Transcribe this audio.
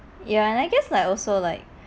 ya and I guess like also like